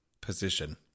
position